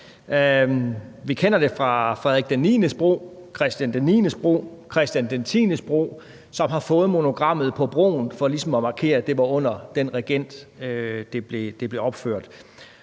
Vi kender det fra Frederik IX's Bro, Christian IX's Bro og Christian X's Bro, som har fået monogrammet på broen for ligesom at markere, at det var under den regent, at de blev opført.